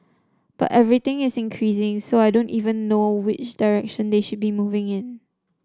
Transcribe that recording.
but everything is increasing so I don't even know which direction they should be moving in